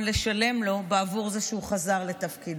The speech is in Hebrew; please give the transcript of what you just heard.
לשלם לו בעבור זה שהוא חזר לתפקידו.